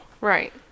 Right